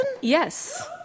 Yes